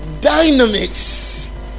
dynamics